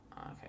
Okay